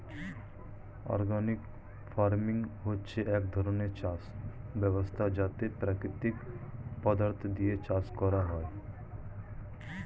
organic farming হচ্ছে এক ধরণের চাষ ব্যবস্থা যাতে প্রাকৃতিক পদার্থ দিয়ে চাষ করা হয়